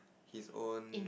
his own